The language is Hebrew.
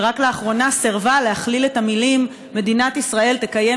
שרק לאחרונה סירבה להכליל את המילים "מדינת ישראל תקיים